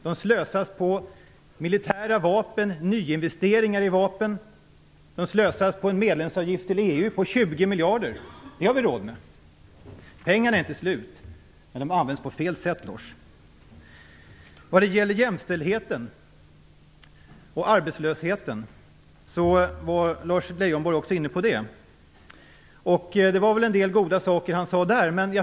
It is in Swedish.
De slösas på militära vapen, på nyinvesteringar i vapen och på en medlemsavgift till EU på 20 miljarder - det har vi råd med! Pengarna är inte slut, men de används på fel sätt, Lars Leijonborg. Lars Leijonborg var också inne på jämställdheten och arbetslösheten. Det var en del goda saker han sade där.